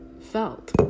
felt